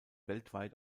weltweit